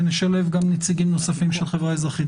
ונשלב גם נציגים נוספים של החברה האזרחית.